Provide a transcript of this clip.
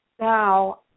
Now